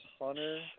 Hunter